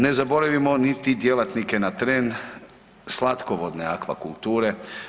Ne zaboravimo niti djelatnike na tren slatkovodne aquakulture.